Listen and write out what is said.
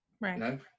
Right